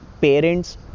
parents